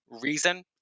Reason